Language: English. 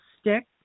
stick